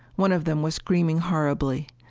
one of them was screaming horribly.